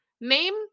Name